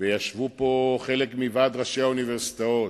וישבו פה חלק מוועד ראשי האוניברסיטאות,